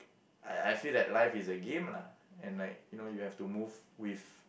I feel that life is a game lah and like you know you have to move with